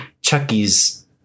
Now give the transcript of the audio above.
Chucky's